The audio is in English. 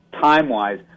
time-wise